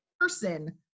person